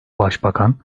başbakan